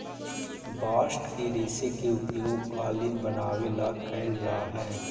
bast के रेश के उपयोग कालीन बनवावे ला कैल जा हई